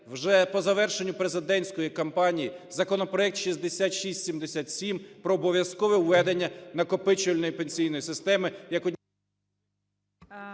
вже по завершенню президентської кампанії законопроект 6677 про обов'язкове введення накопичувальної пенсійної системи…